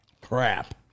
crap